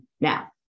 Now